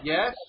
Yes